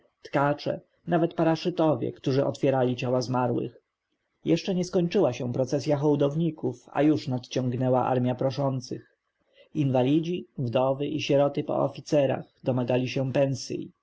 tkacze nawet paraszytowie którzy otwierali ciała zmarłych jeszcze nie skończyła się procesja hołdowników a już nadciągnęła armja proszących inwalidzi wdowy i sieroty po oficerach domagali się pensji